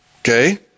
Okay